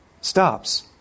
stops